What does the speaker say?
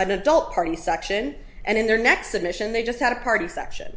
an adult party section and in their next edition they just had a party section